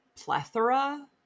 plethora